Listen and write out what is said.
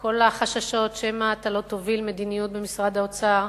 כל החששות שמא אתה לא תוביל מדיניות במשרד האוצר,